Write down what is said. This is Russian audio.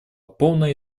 полная